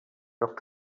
leurs